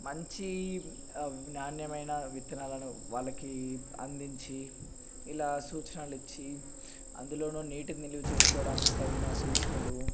మంచి నాణ్యమైన విత్తనాలను వాళ్ళకి అందించి ఇలా సూచనలు ఇచ్చి అందులోనూ నీటిని నిలవ చేసుకోవడానికి తగిన సూచనలు